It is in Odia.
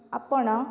ଆପଣ